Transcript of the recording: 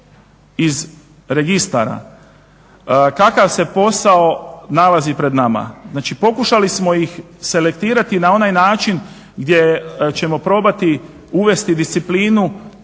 iz registara. Kakav se posao nalazi pred nama? Znači, pokušali smo ih selektirati na onaj način gdje ćemo probati uvesti disciplinu